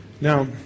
Now